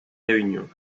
réunions